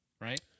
right